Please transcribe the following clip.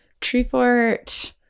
Treefort